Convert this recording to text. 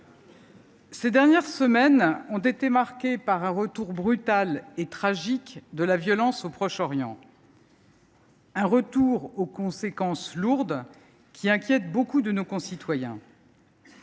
ces dernières semaines ont été marquées par un retour brutal et tragique de la violence au Proche Orient. Un retour aux conséquences lourdes, qui inquiète beaucoup de nos concitoyens.